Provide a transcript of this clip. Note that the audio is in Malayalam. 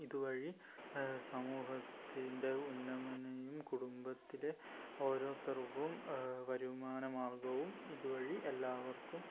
ഇതുവഴി സമൂഹത്തിൻ്റെ ഉന്നമനവും കുടുംബത്തിലെ ഓരോത്തർക്കും വരുമാനമാർഗ്ഗവും ഇതുവഴി എല്ലാവർക്കും